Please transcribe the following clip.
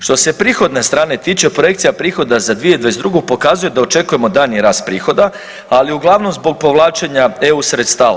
Što se prihodne strane tiče, projekcija prihoda za 2022. pokazuje da očekujemo daljnji rast prihoda, ali uglavnom zbog povlačenja eu sredstava.